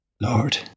Lord